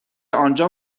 آنجا